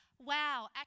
wow